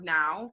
now